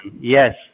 yes